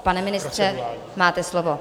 Pane ministře, máte slovo.